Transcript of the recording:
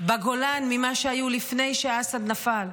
בגולן ממה שהיו לפני שאסד נפל.